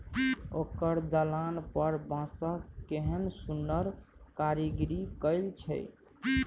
ओकर दलान पर बांसक केहन सुन्नर कारीगरी कएल छै